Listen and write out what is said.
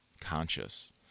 conscious